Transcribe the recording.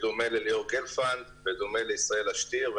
בדומה לליאור גלפנד ולישראלה שטיר.